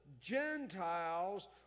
Gentiles